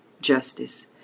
justice